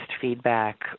feedback